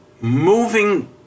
moving